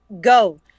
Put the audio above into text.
go